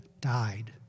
died